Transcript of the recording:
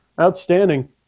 Outstanding